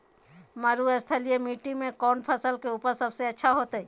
मरुस्थलीय मिट्टी मैं कौन फसल के उपज सबसे अच्छा होतय?